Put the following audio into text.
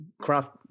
craft